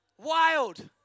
Wild